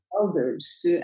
elders